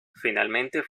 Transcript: finalmente